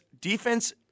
Defense